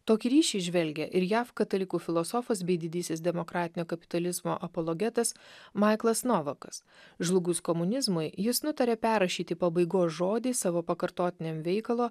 tokį ryšį įžvelgia ir jav katalikų filosofas bei didysis demokratinio kapitalizmo apologetas maiklas novakas žlugus komunizmui jis nutarė perrašyti pabaigos žodį savo pakartotiniam veikalo